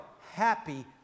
happy